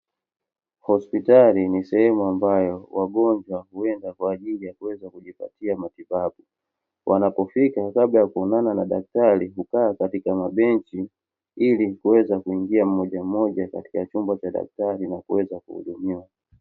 Hospitali ni sehemu ambayo wagonjwa huenda kwa ajili ya kuweza kujipatia matiabu, wanapofika kabla ya kuonana na daktari hukaa katika mabenchi ili kuweza kuingia mmoja mmoja katika chumba cha daktari na kuweza kuhudumiwa.